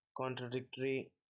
contradictory